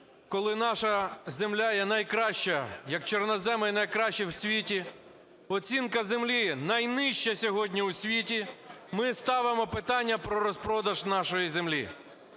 коли наша земля є найкраща, як чорноземи є найкраща в світі, оцінка землі найнижча сьогодні у світі. Ми ставимо питання про розпродаж нашої землі.